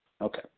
Okay